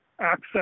access